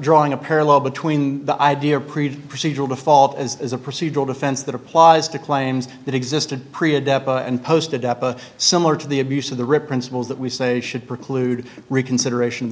drawing a parallel between the idea of procedural default as is a procedural defense that applies to claims that existed and posted up a similar to the abuse of the rip principles that we say should preclude reconsideration the